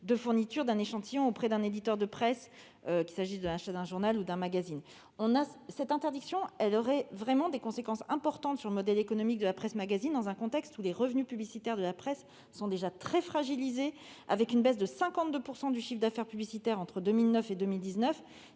de fourniture d'un échantillon auprès d'un éditeur de presse, qu'il s'agisse de l'achat d'un journal ou d'un magazine. L'interdiction de fourniture d'échantillons aurait des conséquences importantes sur le modèle économique de la presse magazine, dans un contexte où les revenus publicitaires de la presse sont déjà très fragilisés, avec une baisse de 52 % du chiffre d'affaires publicitaire entre 2009 et 2019,